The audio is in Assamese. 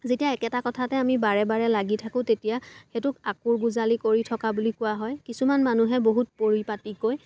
যেতিয়া একেটা কথাতে আমি বাৰে বাৰে লাগি থাকোঁ তেতিয়া সেইটোক আঁকোৰ গজালি কৰি থকা বুলি কোৱা হয় কিছুমান মানুহে বহুত পৰিপাটীকৈ